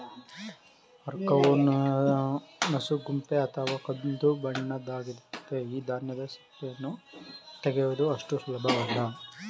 ಆರ್ಕವು ನಸುಗೆಂಪು ಅಥವಾ ಕಂದುಬಣ್ಣದ್ದಾಗಯ್ತೆ ಈ ಧಾನ್ಯದ ಸಿಪ್ಪೆಯನ್ನು ತೆಗೆಯುವುದು ಅಷ್ಟು ಸುಲಭವಲ್ಲ